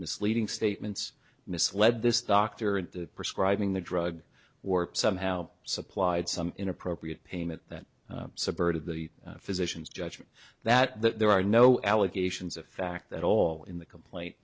misleading statements misled this doctor and prescribing the drug war somehow supplied some inappropriate payment that subverted the physicians judgment that there are no allegations of fact that all in the complaint